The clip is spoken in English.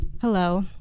Hello